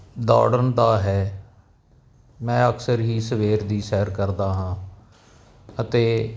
ਦੌੜਨ ਦਾ ਹੈ ਮੈਂ ਅਕਸਰ ਹੀ ਸਵੇਰ ਦੀ ਸੈਰ ਕਰਦਾ ਹਾਂ ਅਤੇ